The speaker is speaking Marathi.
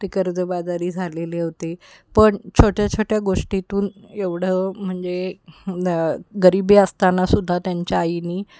ते कर्जबाजारी झालेले होते पण छोट्या छोट्या गोष्टीतून एवढं म्हणजे गरिबी असताना सुद्धा त्यांच्या आईनी